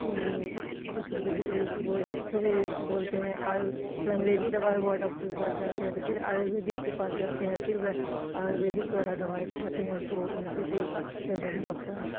کچھ بزرگ بول پھر بولتے ہیں تو انگریزی دوا ہوا ڈاکٹر کے پاس جاتے ہیں تو پھر آیوریدک کے پاس جاتے ہیں پھر وہ آیوریدک والا دوائی کھاتے ہیں تو ان سے پھر گلا کا خراش